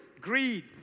greed